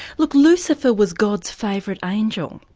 look lucifer was god's favourite angel,